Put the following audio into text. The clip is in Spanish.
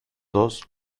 dos